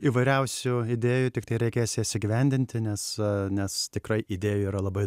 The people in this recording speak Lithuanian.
įvairiausių idėjų tiktai reikės jas įgyvendinti nes nes tikrai idėjų yra labai